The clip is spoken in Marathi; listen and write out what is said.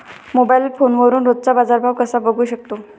मोबाइल फोनवरून रोजचा बाजारभाव कसा बघू शकतो?